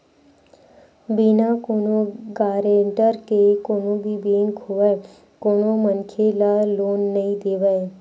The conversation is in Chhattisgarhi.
बिना कोनो गारेंटर के कोनो भी बेंक होवय कोनो मनखे ल लोन नइ देवय